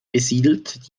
besiedelt